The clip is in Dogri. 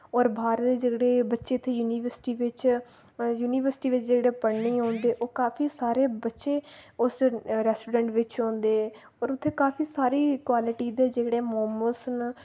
और बाह्रे दे जेह्ड़े बच्चे इत्थै यूनिवर्सिटी बिच यूनिवर्सटी बिच जेह्ड़े पढ़ने औंदे ओह् काफी सारे बच्चे उस रैस्टोरैन्ट बिच औंदे और उत्थै काफी सारी क्वालिटी दे जेह्ड़े मोमोस न